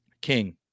King